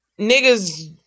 Niggas